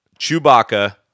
Chewbacca